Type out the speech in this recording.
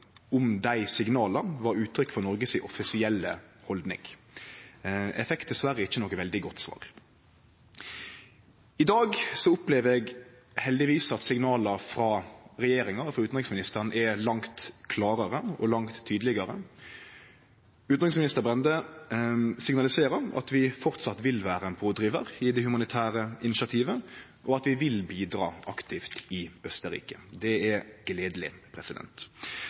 om dei signala var uttrykk for Noreg si offisielle haldning. Eg fekk dessverre ikkje noko veldig godt svar. I dag opplever eg heldigvis at signala frå regjeringa, frå utanriksministeren, er langt klarare og langt tydelegare. Utanriksminister Brende signaliserer at vi framleis vil vere ein pådrivar i det humanitære initiativet, og at vi vil bidra aktivt i Østerrike. Det er gledeleg.